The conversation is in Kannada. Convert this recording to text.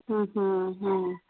ಹಾಂ ಹಾಂ ಹಾಂ